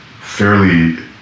fairly